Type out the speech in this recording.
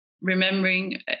remembering